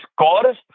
scores